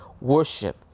Worship